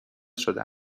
شده